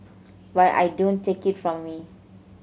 but I don't take it from me